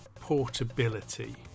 portability